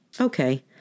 Okay